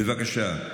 בבקשה,